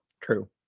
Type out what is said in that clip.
True